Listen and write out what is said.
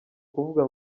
kuvuga